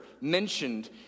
mentioned